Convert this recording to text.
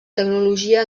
tecnologia